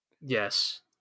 Yes